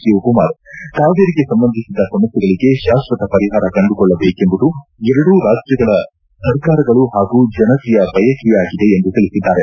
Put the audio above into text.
ಶಿವಕುಮಾರ್ ಕಾವೇರಿಗೆ ಸಂಬಂಧಿಸಿದ ಸಮಸ್ನೆಗಳಿಗೆ ಶಾಕ್ಷತ ಪರಿಹಾರ ಕಂಡುಕೊಳ್ಳಬೇಕೆಂಬುದು ಎರಡೂ ರಾಜ್ಗಗಳ ಸರ್ಕಾರಗಳು ಹಾಗೂ ಜನತೆಯ ಬಯಕೆಯಾಗಿದೆ ಎಂದು ತಿಳಿಸಿದ್ದಾರೆ